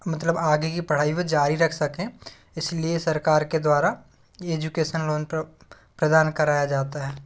मतलब आगे की पढ़ाई वे जारी रख सकें इसलिए सरकार के द्वारा ये एजुकेसन लोन प्रदान कराया जाता है